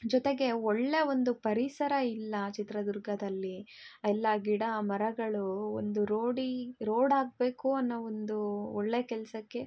ಜೊತೆಗೆ ಒಳ್ಳೆಯ ಒಂದು ಪರಿಸರ ಇಲ್ಲ ಚಿತ್ರದುರ್ಗದಲ್ಲಿ ಎಲ್ಲ ಗಿಡ ಮರಗಳು ಒಂದು ರೋಡಿ ರೋಡ್ ಆಗಬೇಕು ಅನ್ನೋ ಒಂದು ಒಳ್ಳೆಯ ಕೆಲಸಕ್ಕೆ